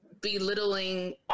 belittling